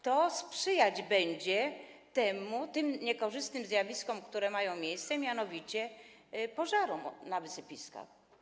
To sprzyjać będzie tym niekorzystnym zjawiskom, które mają miejsce, mianowicie pożarom na wysypiskach.